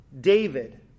David